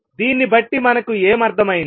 దీన్నిబట్టి మనకు ఏం అర్థమైంది